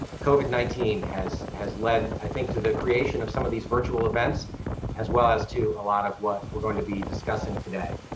covid nineteen has has led i think to the creation of some of these virtual events as well as to a lot of what we're going to be discussing today.